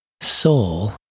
soul